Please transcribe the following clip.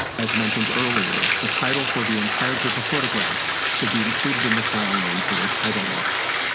as mentioned earlier, the title for the entire group of photographs should be included in the file name for your title list.